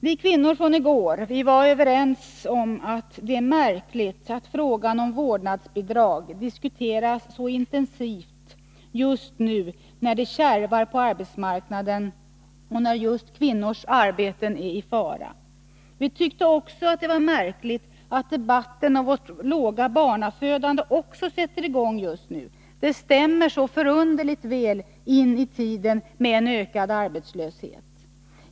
Vi kvinnor var vid vårt samtal i går överens om att det är märkligt att frågan om vårdnadsbidrag diskuteras så intensivt just nu, när det kärvar på arbetsmarknaden och när just kvinnors arbeten är i fara. Vi tyckte också att det var märkligt att även debatten om vårt låga barnafödande sätter i gång just nu. Det stämmer så förunderligt väl in i tiden med en ökad arbetslöshet.